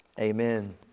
Amen